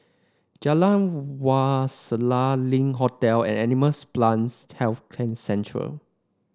Jalan Wak Selat Link Hotel and Animals Plants Health Centre